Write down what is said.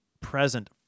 present